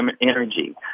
energy